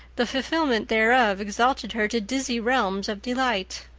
the fulfillment thereof exalted her to dizzy realms of delight.